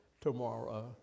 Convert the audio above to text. tomorrow